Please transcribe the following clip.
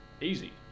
easy